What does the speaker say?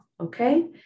okay